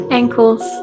ankles